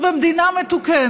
עכשיו, במדינה מתוקנת,